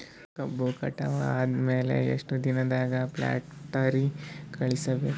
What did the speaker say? ಕಬ್ಬು ಕಟಾವ ಆದ ಮ್ಯಾಲೆ ಎಷ್ಟು ದಿನದಾಗ ಫ್ಯಾಕ್ಟರಿ ಕಳುಹಿಸಬೇಕು?